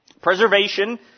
Preservation